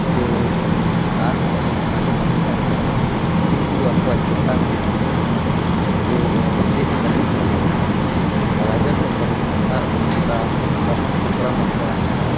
ᱪᱮ ᱟᱨᱦᱚᱸ ᱚᱸᱰᱮ ᱡᱟᱦᱟᱸ ᱠᱚᱠᱚ ᱠᱟᱹᱢᱤ ᱠᱟᱱ ᱛᱟᱦᱮᱸᱫ ᱩᱱᱠᱩ ᱠᱚᱫᱚ ᱟᱠᱚᱣᱟᱜ ᱪᱮᱛᱟᱱ ᱛᱮᱫᱚ ᱪᱮᱫ ᱦᱚᱸ ᱵᱟᱠᱚ ᱢᱮᱱ ᱫᱟᱲᱮᱭᱟᱜᱼᱟ ᱛᱟᱦᱮᱸᱫ ᱨᱟᱡᱟ ᱠᱚ ᱥᱟᱜ ᱫᱚ ᱱᱚᱝᱠᱟ ᱥᱟᱢᱟᱝ ᱫᱟᱯᱨᱟᱢ ᱟᱠᱚᱣᱟᱜ